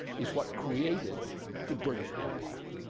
is what created the british empire,